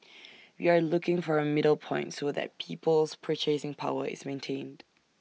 we are looking for A middle point so that people's purchasing power is maintained